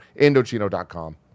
Indochino.com